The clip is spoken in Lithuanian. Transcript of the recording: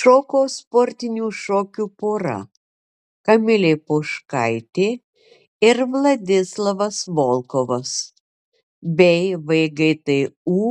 šoko sportinių šokių pora kamilė poškaitė ir vladislavas volkovas bei vgtu